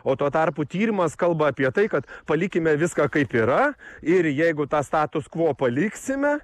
o tuo tarpu tyrimas kalba apie tai kad palikime viską kaip yra ir jeigu tą status quo paliksime